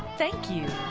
thank you.